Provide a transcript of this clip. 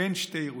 "אין שתי ירושלים.